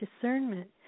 discernment